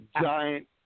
giant